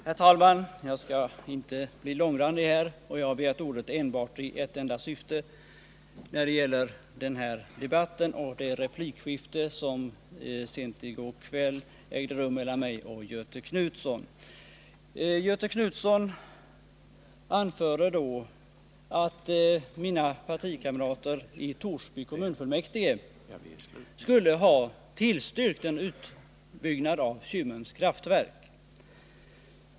Herr talman! Jag skall inte bli långrandig. Jag har begärt ordet enbart i ett enda syfte — det gäller det replikskifte som sent i går kväll ägde rum mellan mig och Göthe Knutson. Göthe Knutson anförde att mina partikamrater i Torsby kommunfullmäktige skulle ha tillstyrkt utbyggnad av Kymmens kraftverk.